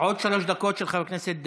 עוד שלוש דקות לחבר הכנסת דיכטר.